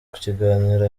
kiganiro